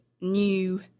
new